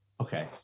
Okay